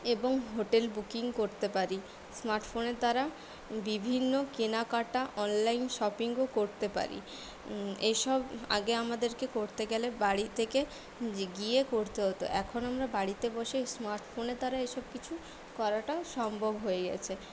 এবং hotel booking করতে পারি স্মার্ট ফোনের দ্বারা বিভিন্ন কেনাকাটা অনলাইন শপিংও করতে পারি এসব আগে আমাদেরকে করতে গেলে বাড়ি থেকে গিয়ে করতে হত এখন আমরা বাড়িতে বসেই স্মার্টফোনের দ্বারা এসব কিছু করাটা সম্ভব হয়ে গেছে